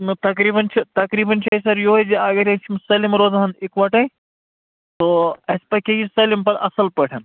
تقریبن چھِ تقریبن چھِ اَسہِ سر یِہوے زِ اگر أسۍ یِم سٲلِم روزٕہن اِکوٹے اَسہِ پکہِ ہے یہِ سٲلِم پتہٕ اَصٕل پٲٹھۍ